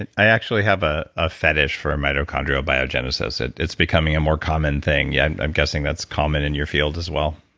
and i actually have ah a fetish for mitochondrial biogenesis. and it's becoming a more common thing. yes, yeah i'm guessing that's common in your field as well.